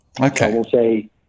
Okay